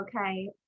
okay